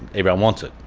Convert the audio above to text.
everyone wants it,